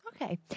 Okay